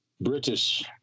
British